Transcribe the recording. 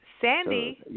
Sandy